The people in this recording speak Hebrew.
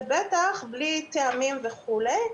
ובטח בלי טעמים וכולי.